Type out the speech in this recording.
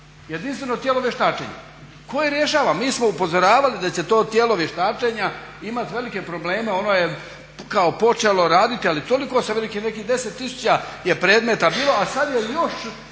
Jedinstveno tijelo vještačenja koje rješava, mi smo upozoravali da će to tijelo vještačenja imati velike probleme, ono je kao počelo raditi ali toliko se veliki, nekih 10 tisuća je predmeta bilo, a sad je još